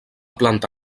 planta